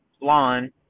lawn